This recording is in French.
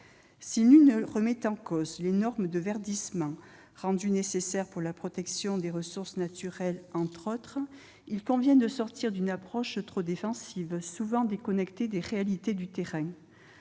Si nul ne remet en cause les normes de « verdissement » rendues nécessaires, entre autres, par la protection des ressources naturelles, il convient de sortir d'une approche trop défensive, souvent déconnectée des réalités du terrain.